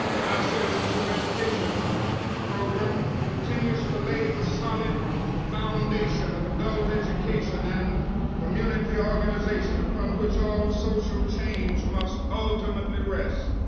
our citizenship education program continues to lay the solid foundation of adult education and community organization upon which all social change must ultimately rest.